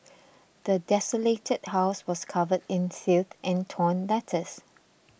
the desolated house was covered in filth and torn letters